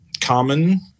common